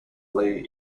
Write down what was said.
flee